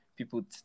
people